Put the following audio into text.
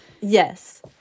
Yes